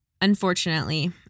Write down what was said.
Unfortunately